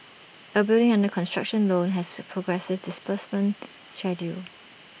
A building under construction loan has progressive disbursement schedule